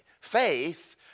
faith